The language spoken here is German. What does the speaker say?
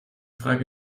frage